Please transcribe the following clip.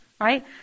right